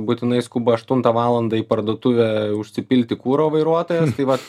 būtinai skuba aštuntą valandą į parduotuvę užsipilti kuro vairuotojas tai vat